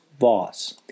Voss